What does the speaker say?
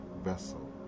vessel